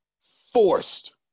Forced